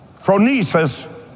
Phronesis